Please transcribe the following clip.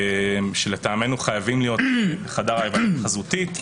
שלטעמנו חייבים להיות בחדר היוועדות חזותית,